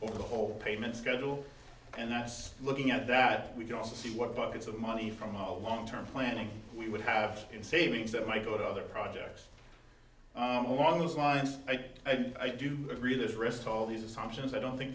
over the whole payment schedule and that's looking at that we can all see what buckets of money from a long term planning we would have in savings that might go to other projects along those lines i think i do agree there's risk all these assumptions i don't think